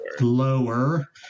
Lower